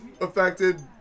affected